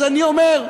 אז אני אומר: